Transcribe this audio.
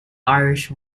irish